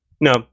no